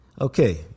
okay